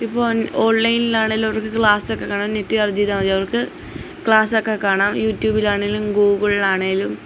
ഇപ്പോള് ഓൺലൈനിലാണേലും അവർക്ക് ക്ലാസ്സൊക്കെ കാണാം നെറ്റ് ചാർജെയ്താമതി അവർക്ക് ക്ലാസ്സൊക്കെ കാണാം യൂട്യൂബിലാണേലും ഗൂഗിളിലാണേലും